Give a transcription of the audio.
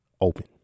open